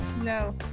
No